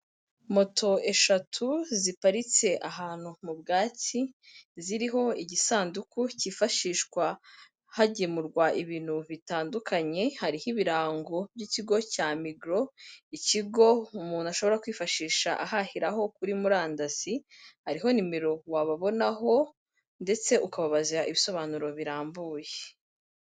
Moto eshatu ziparitse ahantu mu bwatsi ziriho igisanduku kifashishwa hagemurwa ibintu bitandukanye, hariho ibirango by'ikigo cya migoro ikigo umuntu ashobora kwifashisha ahahiraho kuri murandasi, hari nimero wababonaho ndetse ukababaza ibisobanuro birambuye.